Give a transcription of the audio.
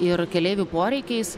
ir keleivių poreikiais